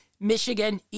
Michigan